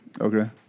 Okay